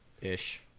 Ish